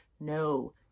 No